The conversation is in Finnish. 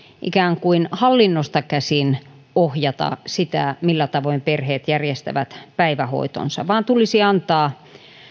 ikään kuin hallinnosta käsin ohjata sitä millä tavoin perheet järjestävät päivähoitonsa vaan tulisi antaa